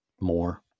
more